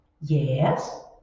Yes